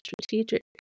strategic